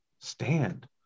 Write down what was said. stand